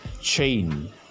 chain